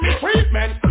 treatment